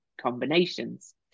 combinations